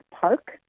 Park